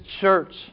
church